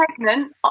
pregnant